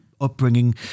upbringing